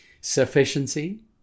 sufficiency